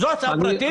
פרטית?